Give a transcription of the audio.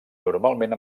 normalment